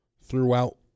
throughout